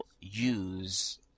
use